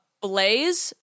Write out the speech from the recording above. Blaze